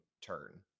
turn